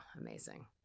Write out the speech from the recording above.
amazing